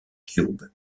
cube